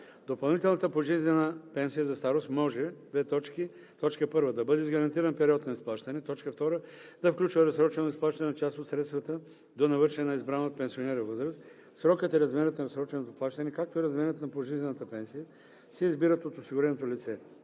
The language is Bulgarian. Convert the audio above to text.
Допълнителната пожизнена пенсия за старост може: 1. да бъде с гарантиран период на изплащане; 2. да включва разсрочено изплащане на част от средствата до навършване на избрана от пенсионера възраст. Срокът и размерът на разсроченото плащане, както и размерът на пожизнената пенсия се избират от осигуреното лице.